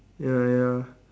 ya ya